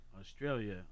Australia